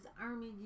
army